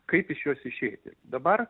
kaip iš jos išeiti dabar